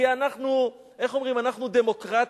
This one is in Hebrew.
כי אנחנו, איך אומרים, אנחנו דמוקרטים.